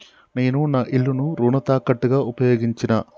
నేను నా ఇల్లును రుణ తాకట్టుగా ఉపయోగించినా